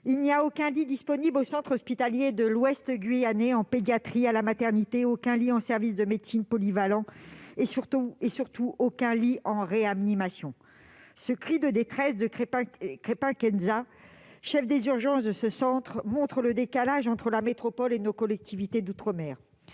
il n'y a aucun lit disponible au centre hospitalier de l'Ouest guyanais, en pédiatrie, à la maternité [...], aucun lit en service de médecine polyvalent, [...] et surtout aucun lit en réanimation ». Ce cri de détresse de Crépin Kezza, chef des urgences de ce centre, montre le décalage entre la métropole et nos collectivités d'outre-mer.